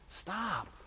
stop